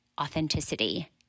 authenticity